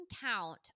count